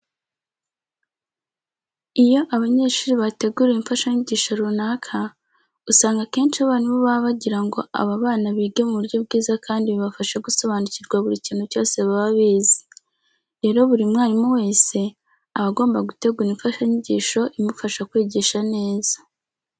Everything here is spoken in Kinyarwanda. Iyo abanyeshuri bateguriwe imfashanyigisho runaka usanga akenshi abarimu baba bagira ngo aba bana bige mu buryo bwiza kandi bibafashe gusobanukirwa buri kintu cyose baba bize. Rero buri mwarimu wese aba agomba gutegura imfashanyigisho imufasha kwigisha neza.